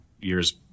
years